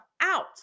out